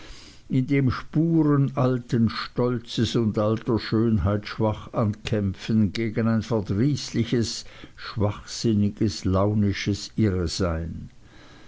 in dem spuren alten stolzes und alter schönheit schwach ankämpfen gegen ein verdrießliches schwachsinniges launisches irrsein